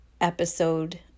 episode